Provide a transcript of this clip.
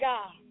God